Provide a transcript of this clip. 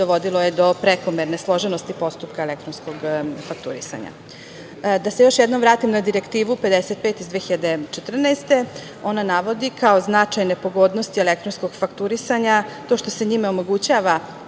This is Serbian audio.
dovodilo je do prekomerne složenosti postupka elektronskog fakturisanja. Da se još jednom vratim na Direktivu 55 iz 2014. godine, ona navodi kao značajne pogodnosti elektronskog fakturisanja to što se njime omogućava